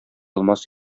алмас